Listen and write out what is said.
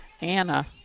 Anna